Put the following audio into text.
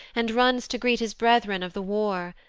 and runs to greet his brethren of the war.